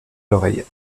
l’oreille